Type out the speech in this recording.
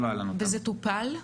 וזה טופל?